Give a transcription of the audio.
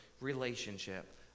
relationship